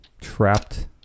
trapped